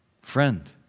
friend